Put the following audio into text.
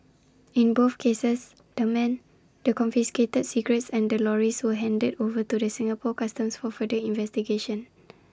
in both cases the men the confiscated cigarettes and the lorries were handed over to the Singapore Customs for further investigations